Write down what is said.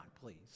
please